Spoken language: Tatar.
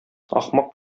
ахмак